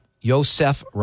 Yosef